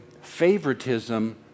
favoritism